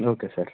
okay sir